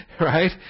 Right